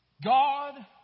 God